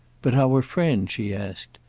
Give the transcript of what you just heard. but our friend, she asked,